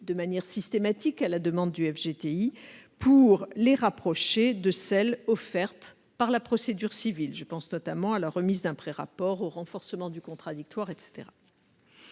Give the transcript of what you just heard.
de manière systématique à la demande du FGTI, pour les rapprocher de celles qui sont offertes par la procédure civile- je pense notamment à la remise d'un prérapport ou au renforcement du contradictoire.